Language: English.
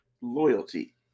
loyalty